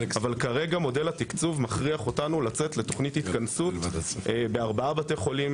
מודל התקצוב מכריח אותנו כרגע לצאת לתוכנית התכנסות בארבעה בתי חולים